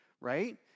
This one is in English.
Right